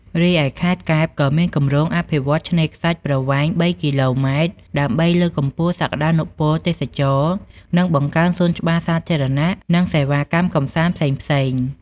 រីឯខេត្តកែប ក៏មានគម្រោងអភិវឌ្ឍឆ្នេរខ្សាច់ប្រវែងជិត ៣ គីឡូម៉ែត្រ ដើម្បីលើកកម្ពស់សក្តានុពលទេសចរណ៍ និងបង្កើនសួនច្បារសាធារណៈ និងសេវាកម្មកម្សាន្ត ផ្សេងៗ។